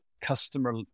customer